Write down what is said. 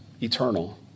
eternal